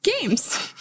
games